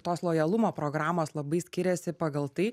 tos lojalumo programos labai skiriasi pagal tai